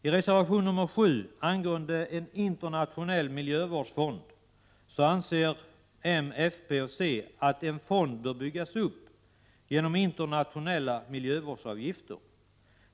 I reservation nr 7 angående en internationell miljövårdsfond anser moderaterna, folkpartiet och centern att en fond bör byggas upp genom internationella miljövårdsavgifter.